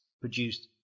produced